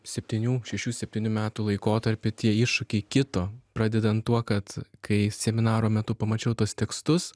septynių šešių septynių metų laikotarpį tie iššūkiai kito pradedant tuo kad kai seminaro metu pamačiau tuos tekstus